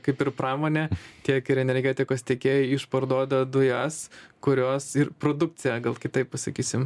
kaip ir pramonė tiek ir energetikos tiekėjai išparduoda dujas kurios ir produkciją gal kitaip pasakysim